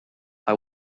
war